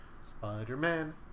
spider-man